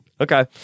Okay